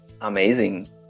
Amazing